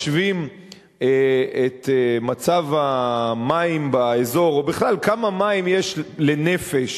את מצב המים באזור או בכלל כמה מים יש לנפש,